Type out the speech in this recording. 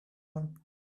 one